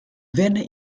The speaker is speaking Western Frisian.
wenne